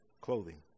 clothing